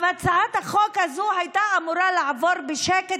הצעת החוק הזאת הייתה אמורה לעבור בשקט,